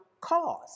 cause